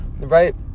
right